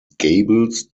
gables